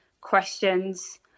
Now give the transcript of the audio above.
questions